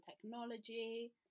technology